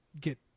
get